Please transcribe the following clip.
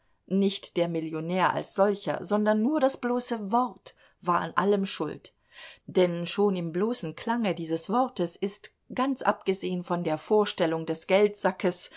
nicht der millionär als solcher sondern nur das bloße wort war an allem schuld denn schon im bloßen klange dieses wortes ist ganz abgesehen von der vorstellung des geldsackes